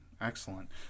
Excellent